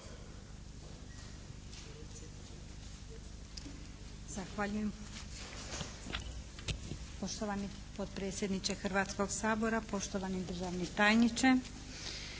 Zahvaljujem. Poštovani potpredsjedniče Hrvatskoga sabora, poštovani državni tajniče.